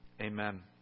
Amen